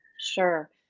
sure